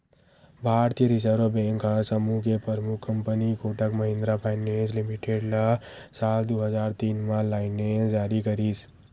भारतीय reserve bank ह समूह के परमुख company Kotak Mahindra finance limited ल साल दू हजार तीन म लाइनेंस जारी करिस